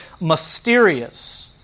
mysterious